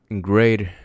great